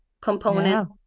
component